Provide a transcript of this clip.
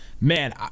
man